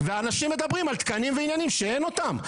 ואנשים מדברים על תקנים ועניינים שאין אותם.